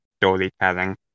storytelling